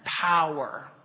power